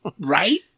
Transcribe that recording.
Right